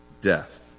death